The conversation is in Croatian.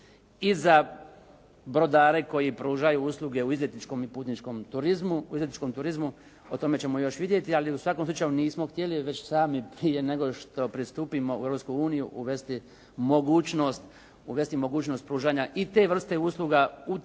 i za brodare koji pružaju usluge u izletničkom i putničkom turizmu, u izletničkom turizmu o tome ćemo još vidjeti ali u svakom slučaju nismo htjeli već sami prije nego što pristupimo u Europsku uniju uvesti mogućnost pružanja i te vrste usluga u turizmu, u